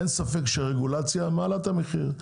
אין ספק שרגולציה מעלה את המחיר,